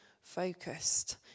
focused